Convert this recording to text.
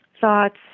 thoughts